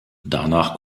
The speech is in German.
danach